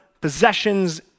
possessions